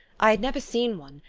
i had never seen one,